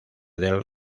del